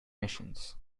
missions